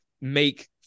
make